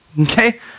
Okay